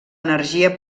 energia